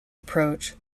approach